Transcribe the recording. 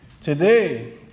Today